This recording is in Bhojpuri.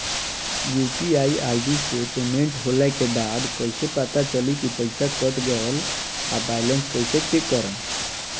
यू.पी.आई आई.डी से पेमेंट होला के बाद कइसे पता चली की पईसा कट गएल आ बैलेंस कइसे चेक करम?